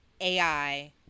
ai